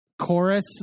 chorus